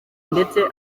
ndetse